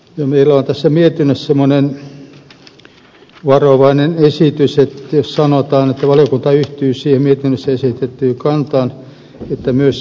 meillä on tässä mietinnössä semmoinen varovainen esitys että sanotaan että valiokunta yhtyy siihen mietinnössä esitettyyn kantaan että myös siviiliprosessiin ja hallintoprosessiin liittyvien